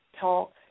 talk